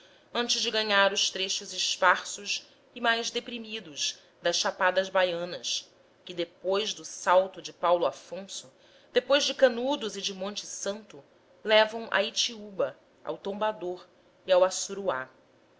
antes de ganhar os trechos esparsos e mais deprimidos das chapadas baianas que depois do salto de paulo afonso depois de canudos e de monte santo levam a itiúba ao tombador e ao